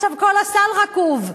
עכשיו כל הסל רקוב.